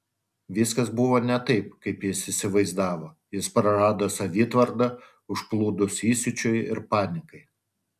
viskas buvo ne taip kaip jis įsivaizdavo jis prarado savitvardą užplūdus įsiūčiui ir panikai